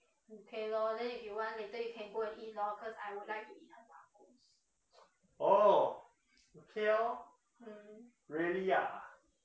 orh okay lor really ah